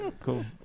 Cool